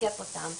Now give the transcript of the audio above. לתקף אותם,